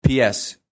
PS